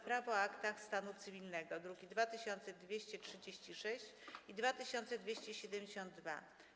Prawo o aktach stanu cywilnego (druki nr 2236 i 2272)